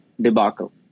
debacle